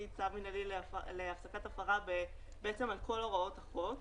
צו מינהלי להפסקת הפרה בעצם על כל הוראות החוק.